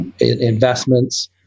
investments